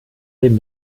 dem